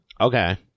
Okay